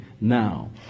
now